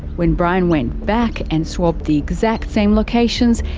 when brian went back and swabbed the exact same locations,